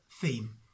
theme